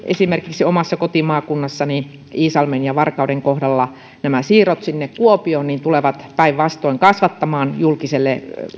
esimerkiksi omassa kotimaakunnassani iisalmen ja varkauden kohdalla nämä siirrot sinne kuopioon tulevat päinvastoin kasvattamaan julkiselle